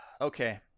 Okay